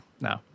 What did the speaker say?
No